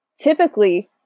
Typically